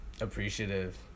appreciative